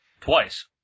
Twice